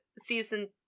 season